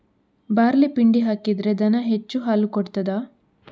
Barley ಪಿಂಡಿ ಹಾಕಿದ್ರೆ ದನ ಹೆಚ್ಚು ಹಾಲು ಕೊಡ್ತಾದ?